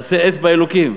מעשה אצבע אלוקים.